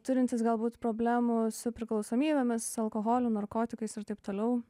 turintys galbūt problemų su priklausomybėmis alkoholiu narkotikais ir taip toliau